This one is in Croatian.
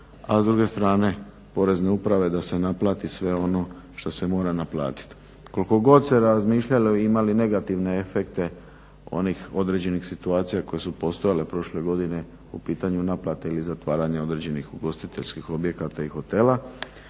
a s druge strane Porezne uprave da se naplati sve ono što se mora naplatiti. Koliko god se razmišljalo ima li negativne efekte onih određenih situacija koje su postojale prošle godine po pitanju naplate ili zatvaranja određenih ugostiteljskih objekata i hotela